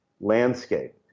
landscape